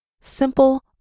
Simple